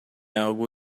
algo